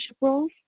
roles